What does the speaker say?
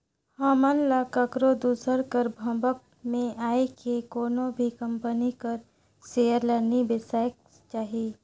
हमन ल काकरो दूसर कर भभक में आए के कोनो भी कंपनी कर सेयर ल नी बेसाएक चाही